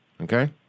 Okay